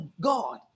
God